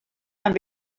and